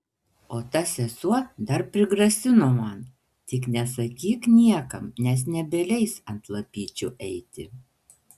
o ta sesuo dar prigrasino man tik nesakyk niekam nes nebeleis ant lapyčių eiti